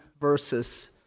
versus